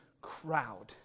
crowd